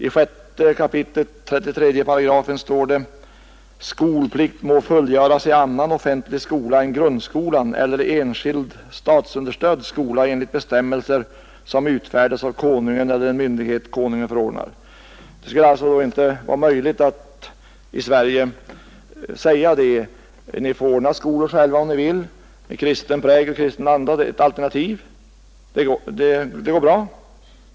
I 6 kap. 33 § står: ”Skolplikt må fullgöras i annan offentlig skola än grundskolan eller i enskild statsunderstödd skola enligt bestämmelser, som utfärdas av Konungen eller den myndighet Konungen förordnar.” Det borde alltså vara möjligt att i Sverige säga: Ni får, om ni vill, ordna skolor själva med kristen prägel och kristen anda som ett alternativ.